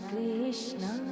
Krishna